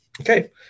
Okay